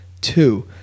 two